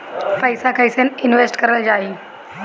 पैसा कईसे इनवेस्ट करल जाई?